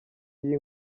y’iyi